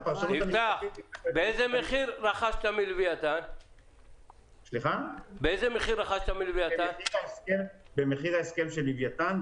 רכשנו במחיר ההסכם של לווייתן,